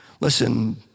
Listen